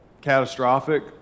catastrophic